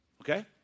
Okay